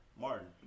Martin